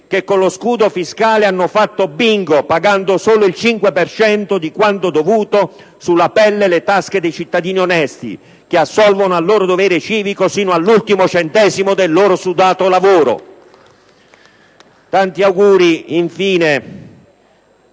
che con lo scudo fiscale hanno fatto bingo, pagando solo il 5 per cento di quanto dovuto, sulla pelle e le tasche dei cittadini onesti che assolvono al loro dovere civico sino all'ultimo centesimo del loro sudato lavoro! *(Applausi dal